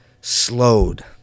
slowed